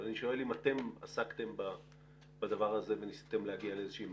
אני שואל האם אתם עסקתם בדבר הזה וניסיתם להגיע לאיזושהי מסקנה.